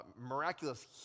miraculous